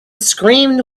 screamed